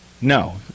No